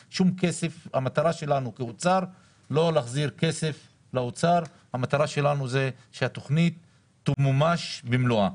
המטרה שלנו כאוצר היא לא להחזיר כסף לאוצר אלא שהתכנית תמומש במלואה.